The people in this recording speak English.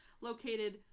located